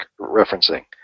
referencing